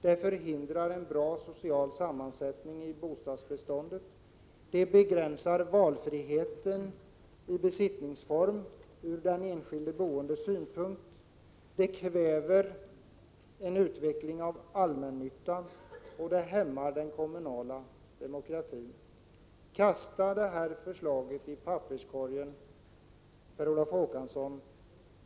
Det förhindrar en bra social sammansättning av bostadsbestånden, det begränsar valfriheten i fråga om val av besittningsform ur den enskilde boendes synpunkt, det kväver en utveckling av allmännyttan och det hämmar den kommunala demokratin. Kasta det här förslaget i papperskorgen, Per Olof Håkansson!